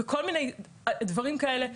כל מיני דברים כאלה.